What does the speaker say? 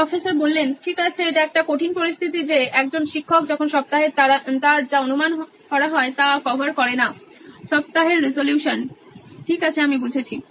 professor ঠিক আছে এটা একটা কঠিন পরিস্থিতি যে একজন শিক্ষক যখন সপ্তাহে তার যা অনুমান করা হয় তা কভার করে নাসপ্তাহের রেজোলিউশন ঠিক আছে আমি বুঝেছি